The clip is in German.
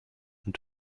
und